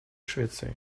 швеции